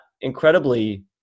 Incredibly